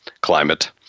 climate